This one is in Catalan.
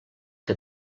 que